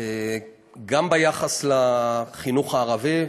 גם ביחס לחינוך הערבי,